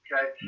Okay